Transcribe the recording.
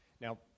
Now